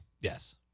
Yes